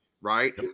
right